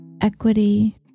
equity